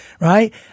right